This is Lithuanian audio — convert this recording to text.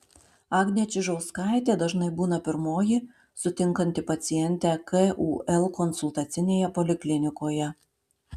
agnė čižauskaitė dažnai būna pirmoji sutinkanti pacientę kul konsultacinėje poliklinikoje